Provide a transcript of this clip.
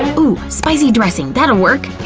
oh! spicy dressing! that'll work!